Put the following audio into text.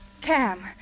Cam